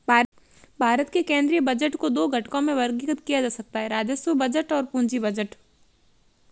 भारत के केंद्रीय बजट को दो घटकों में वर्गीकृत किया जा सकता है राजस्व बजट और पूंजी बजट